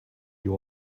you